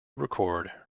record